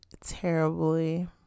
terribly